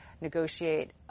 negotiate